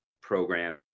program